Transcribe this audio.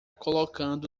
colocando